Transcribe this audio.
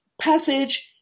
passage